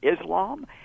Islam